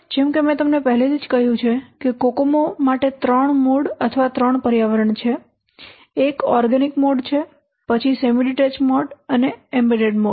જેમ કે મેં તમને પહેલેથી જ કહ્યું છે કે કોકોમો માટે 3 મોડ અથવા 3 પર્યાવરણ છે એક ઓર્ગેનિક મોડ છે પછી સેમી ડીટેચ્ડ મોડ અને એમ્બેડેડ મોડ